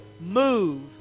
move